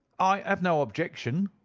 i have no objection,